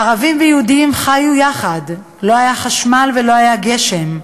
ערבים ויהודים חיו יחד, לא היה חשמל ולא היה גשם.